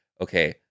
okay